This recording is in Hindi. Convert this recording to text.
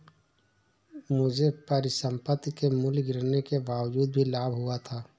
मुझे परिसंपत्ति के मूल्य गिरने के बावजूद भी लाभ हुआ था